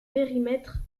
périmètre